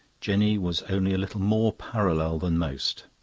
jenny was only a little more parallel than most.